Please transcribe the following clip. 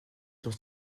dans